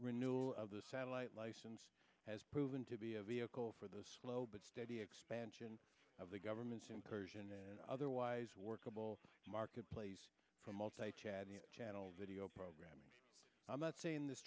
renewal of the satellite license has proven to be a vehicle for those slow but steady expansion of the government's incursion in an otherwise workable marketplace for multi chad the channel video program i'm not saying this